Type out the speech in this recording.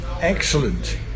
Excellent